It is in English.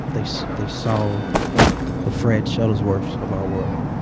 they saw they saw the fred shuttlesworths of our world,